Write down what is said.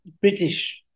British